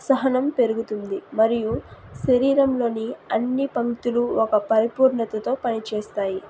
సహనం పెరుగుతుంది మరియు శరీరంలోని అన్ని తంతులు ఒక పరిపూర్ణతతో పనిచేస్తాయి